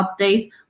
update